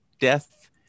death